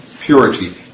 purity